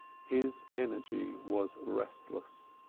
his energy was restless.